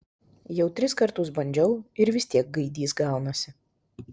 jau tris kartus bandžiau ir vis tiek gaidys gaunasi